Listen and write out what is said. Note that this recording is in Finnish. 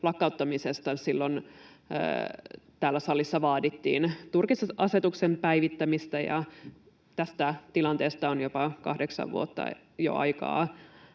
lakkauttamisesta, täällä salissa vaadittiin turkisasetuksen päivittämistä. Tästä tilanteesta on jopa jo kahdeksan vuotta aikaa